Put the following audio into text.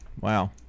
wow